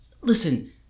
Listen